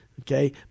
okay